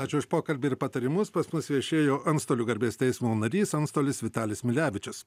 ačiū už pokalbį ir patarimus pas mus viešėjo antstolių garbės teismo narys antstolis vitalis milevičius